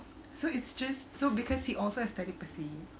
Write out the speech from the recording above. so it's just so because he also has telepathy